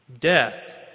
Death